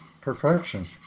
Perfection